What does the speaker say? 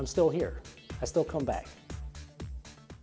i'm still here i still come back